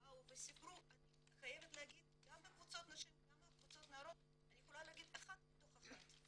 גם בקבוצות נשים וגם בקבוצות של נערות באו וסיפרו אחת מתוך אחת,